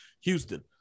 Houston